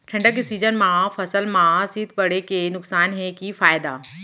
ठंडा के सीजन मा फसल मा शीत पड़े के नुकसान हे कि फायदा?